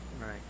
Right